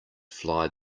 fly